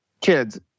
kids